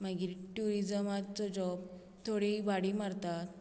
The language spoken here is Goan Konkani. मागीर ट्यूरीजमाचो जॉब थोडीं भाडी मारतात